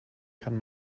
kann